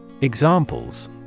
Examples